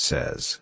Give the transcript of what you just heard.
Says